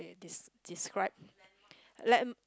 des~ describe like I'm